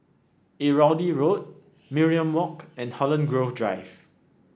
Irrawaddy Road Mariam Walk and Holland Grove Drive